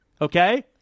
okay